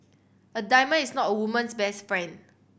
a diamond is not a woman's best friend